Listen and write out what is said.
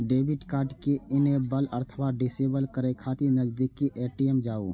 debit card कें enable अथवा disable करै खातिर नजदीकी ए.टी.एम जाउ